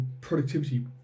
productivity